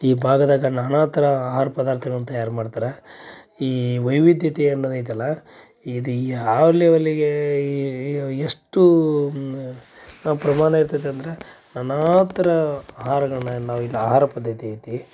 ಈ ಭಾಗದಾಗ ನಾನಾ ಥರ ಆಹಾರ ಪದಾರ್ಥಗಳನ್ನು ತಯಾರು ಮಾಡ್ತಾರೆ ಈ ವೈವಿಧ್ಯತೆ ಅನ್ನೋದು ಐತಲ್ಲ ಇದು ಯಾವ ಲೆವೆಲ್ಲಿಗೆ ಎಷ್ಟು ಪ್ರಮಾಣ ಇರ್ತೈತೆ ಅಂದರೆ ನಾನಾ ಥರ ಆಹಾರಗಳನ್ನ ನಾವು ಇಲ್ಲಿ ಆಹಾರ ಪದ್ಧತಿ ಐತಿ